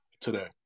today